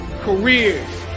careers